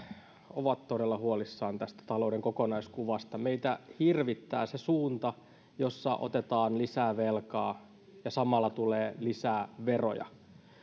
ovat todella huolissaan tästä talouden kokonaiskuvasta meitä hirvittää se suunta jossa otetaan lisää velkaa ja samalla tulee lisää veroja